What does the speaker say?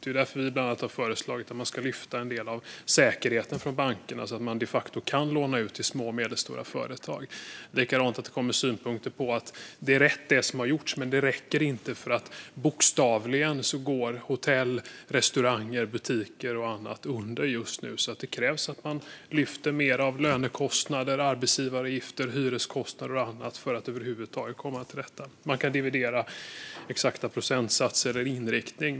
Det är därför vi bland annat har föreslagit att man ska lyfte en del av säkerheten från bankerna så att bankerna de facto kan låna ut till små och medelstora företag. Likadant kommer det synpunkter på att det som har gjorts är rätt men att det inte räcker därför att hotell, restauranger, butiker och annat bokstavligen går under just nu. Det krävs att man lyfter mer av lönekostnader, arbetsgivaravgifter, hyreskostnader och annat för att över huvud taget komma till rätta med det. Man kan dividera om exakta procentsatser eller inriktning.